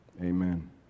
Amen